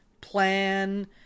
plan